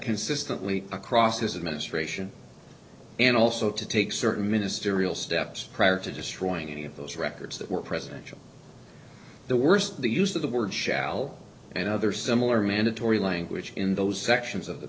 consistently across his administration and also to take certain ministerial steps prior to destroying any of those records that were presidential the worst the use of the word shall and other similar mandatory language in those sections of the